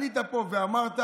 עלית פה ואמרת: